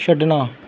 ਛੱਡਣਾ